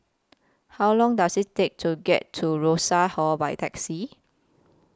How Long Does IT Take to get to Rosas Hall By Taxi